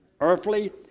Earthly